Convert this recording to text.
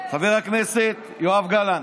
חבר הכנסת יואב גלנט,